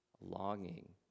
Longing